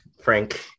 Frank